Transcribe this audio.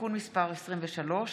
(תיקון מס' 23),